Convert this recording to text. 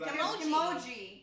Emoji